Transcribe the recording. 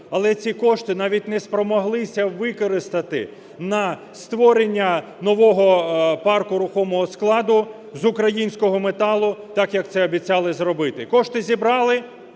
але ці кошти навіть не спромоглися використати на створення нового парку рухомого складу з українського металу, так як це обіцяли зробили. Кошти зібрали,